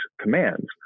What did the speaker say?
commands